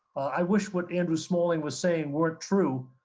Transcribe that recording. i wish what andrew smalling was saying weren't true,